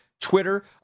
Twitter